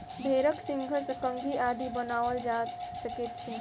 भेंड़क सींगसँ कंघी आदि बनाओल जा सकैत अछि